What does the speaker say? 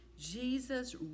Jesus